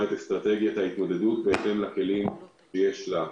את אסטרטגיית ההתמודדות בהתאם לכלים שיש לה.